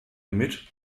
mit